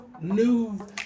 new